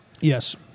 Yes